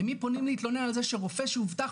למי פונים להתלונן על זה שרופא שהובטח